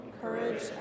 courage